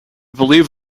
believe